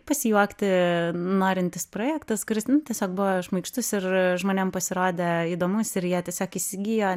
pasijuokti norintis projektas kuris tiesiog buvo šmaikštus ir žmonėm pasirodė įdomus ir jie tiesiog įsigijo